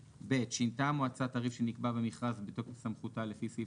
שינתה המועצה תעריף שנקבע במכרז בתוקף סמכותה לפי סעיף